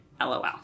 LOL